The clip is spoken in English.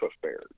affairs